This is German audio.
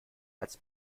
als